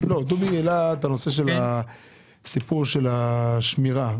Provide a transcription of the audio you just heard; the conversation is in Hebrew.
דובי את הסיפור של השמירה.